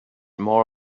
more